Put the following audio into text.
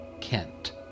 Kent